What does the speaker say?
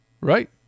Right